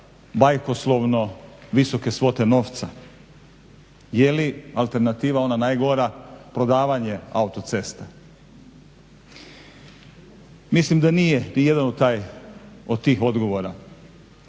bajkoslovno visoke svote novca. Je li alternativa ona najgora prodavanje autoceste? Mislim da nije ni jedan od tih odgovora.